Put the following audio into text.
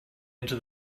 into